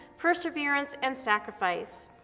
perseverance, and sacrifice,